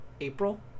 April